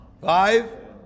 five